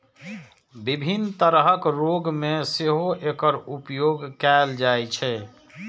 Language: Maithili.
विभिन्न तरहक रोग मे सेहो एकर उपयोग कैल जाइ छै